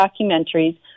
documentaries